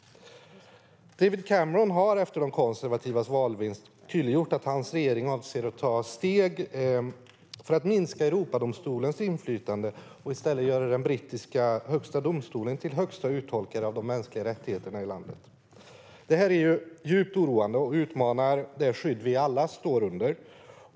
David Cameron har efter de konservativas valvinst tydliggjort att hans regering avser att ta steg för att minska Europadomstolens inflytande och i stället göra den brittiska högsta domstolen till högsta uttolkare av de mänskliga rättigheterna i landet. Detta är djupt oroande och utmanar det skydd vi alla står under.